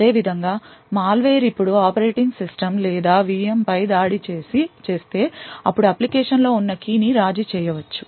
అదేవిధంగా మాల్వేర్ ఇప్పుడు operating system లేదా VM పై దాడి చేస్తే అప్పుడు అప్లికేషన్లో ఉన్న key ని రాజీ చేయ వచ్చు